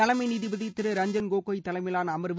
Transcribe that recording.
தலைமை நீதிபதி திருரஞ்சன் கோகோய் தலைமையிலான அமர்வு